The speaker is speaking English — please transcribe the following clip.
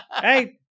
Hey